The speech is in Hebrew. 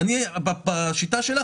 בשיטה שלך,